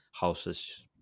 houses